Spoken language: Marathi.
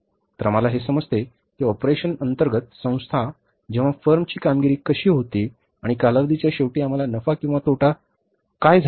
तर आम्हाला हे समजते की ऑपरेशन अंतर्गत संस्था जेव्हा फर्मची कामगिरी कशी होती आणि कालावधीच्या शेवटी आम्हाला नफा किंवा तोटा झाला आहे काय